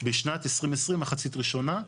בשנת 2020 מחצית ראשונה.